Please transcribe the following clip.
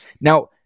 Now